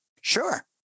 Sure